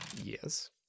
Yes